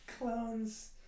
Clones